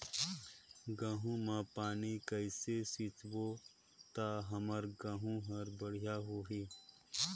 गहूं म पानी कइसे सिंचबो ता हमर गहूं हर बढ़िया होही?